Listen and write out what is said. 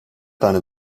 tane